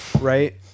right